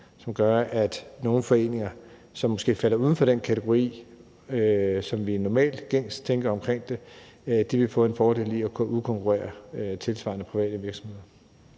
som gør, at nogle foreninger, som måske falder uden for den kategori, som vi normalt tænker de tilhører, vil få en fordel i forhold til at kunne udkonkurrere tilsvarende private virksomheder.